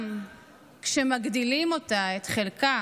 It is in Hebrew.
גם כשמגדילים אותה, את חלקה,